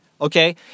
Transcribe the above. okay